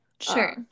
sure